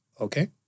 Okay